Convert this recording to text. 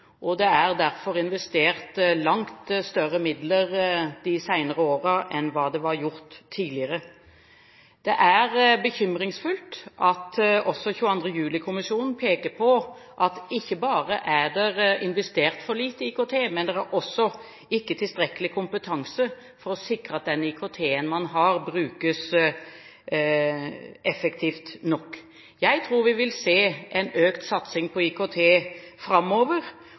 lensmannsetaten. Det er derfor investert langt større midler de senere årene enn det var gjort tidligere. Det er bekymringsfullt at også 22. juli-kommisjonen peker på at ikke bare er det investert for lite i IKT, men det er heller ikke tilstrekkelig kompetanse for å sikre at den IKT-en man har, brukes effektivt nok. Jeg tror vi vil se en økt satsing på IKT framover,